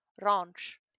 ranch